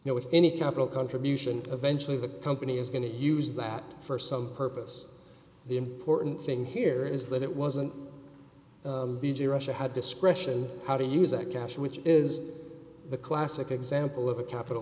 you know with any capital contribution eventually the company is going to use that for some purpose the important thing here is that it wasn't be to russia had discretion how to use that cash which is the classic example of a capital